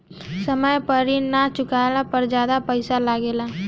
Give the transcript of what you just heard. समय पर ऋण ना चुकाने पर ज्यादा पईसा लगेला?